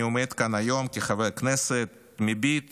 אני עומד כאן היום כחבר כנסת, מביט